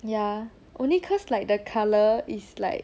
ya only cause like the colour is like